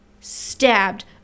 Stabbed